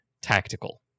Tactical